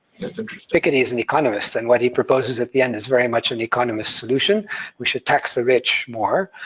that's interesting. piketty is an economist, and what he proposes at the end is very much an economist's solution, that we should tax the rich more,